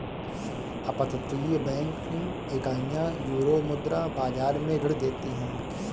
अपतटीय बैंकिंग इकाइयां यूरोमुद्रा बाजार में ऋण देती हैं